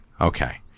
Okay